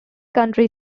country